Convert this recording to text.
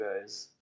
guys